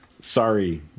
Sorry